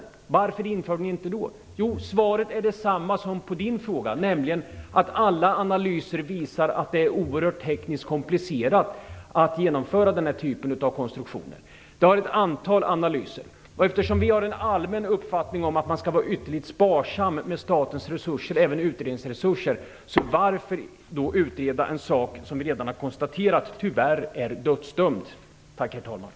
Jo, svaret är detsamma som på Knut Billings fråga: Alla analyser visar att det är tekniskt oerhört komplicerat att genomföra den typen av konstruktioner. Det har varit ett antal analyser. Eftersom vi har en allmän uppfattning om att man skall var ytterligt sparsam med statens resuser, även utredningsresurser, så varför utreda en sak som vi redan har konstaterat tyvärr är dödsdömd? Tack, herr talman!